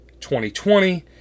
2020